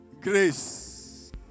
grace